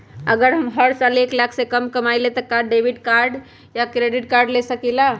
अगर हम हर साल एक लाख से कम कमावईले त का हम डेबिट कार्ड या क्रेडिट कार्ड ले सकीला?